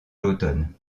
l’automne